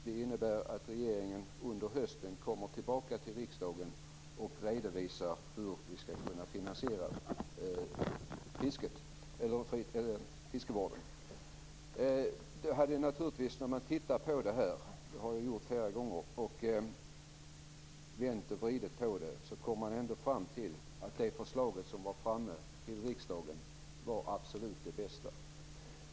Det innebär att regeringen under hösten kommer tillbaka till riksdagen och redovisar hur vi skall kunna finansiera fiskevården. När man tittar närmare på det här, och det har jag gjort flera gånger och vänt och vridit på det, kommer man ändå fram till att det förslag som lämnades till riksdagen var det absolut bästa.